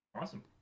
Awesome